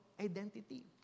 identity